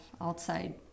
outside